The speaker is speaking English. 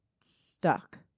stuck